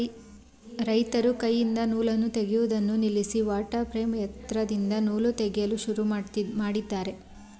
ರೈತರು ಕೈಯಿಂದ ನೂಲನ್ನು ತೆಗೆಯುವುದನ್ನು ನಿಲ್ಲಿಸಿ ವಾಟರ್ ಪ್ರೇಮ್ ಯಂತ್ರದಿಂದ ನೂಲು ತೆಗೆಯಲು ಶುರು ಮಾಡಿದ್ದಾರೆ